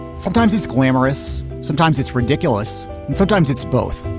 sometimes it's glamorous, sometimes it's ridiculous, and sometimes it's both.